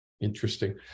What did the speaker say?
Interesting